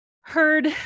heard